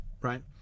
Right